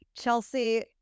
Chelsea